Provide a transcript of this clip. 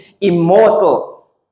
immortal